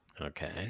Okay